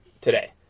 today